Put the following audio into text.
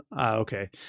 Okay